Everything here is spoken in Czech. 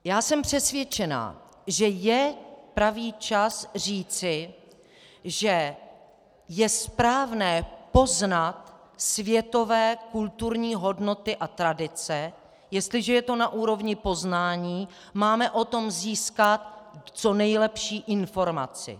Já jsem přesvědčena, že je pravý čas říci, že je správné poznat světové kulturní hodnoty a tradice, jestliže je to na úrovni poznání, máme o tom získat co nejlepší informaci.